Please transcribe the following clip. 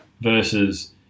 versus